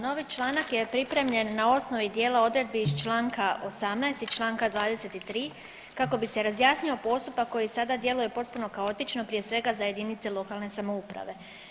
Novi članak je pripremljen na osnovi dijela odredbi iz čl. 18. i čl. 23. kako bi se razjasnio postupak koji sada djeluje potpuno kaotično prije svega za jedinice lokalne samouprave.